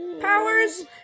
Powers